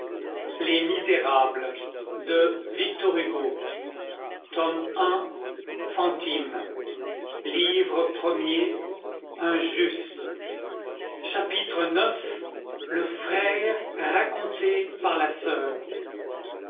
viii philosophie après boire chapitre ix le frère raconté par la soeur